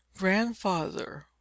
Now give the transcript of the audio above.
Grandfather